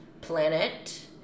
planet